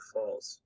Falls